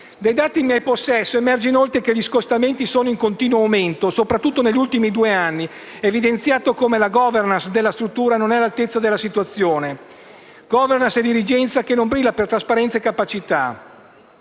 Dai dati in mio possesso emerge, inoltre, che gli scostamenti sono in continuo aumento, soprattutto negli ultimi due anni, evidenziando come la *governance* della struttura non sia all'altezza della situazione: *governance* e dirigenza non brillano per trasparenza e capacità.